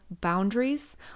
boundaries